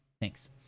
thanks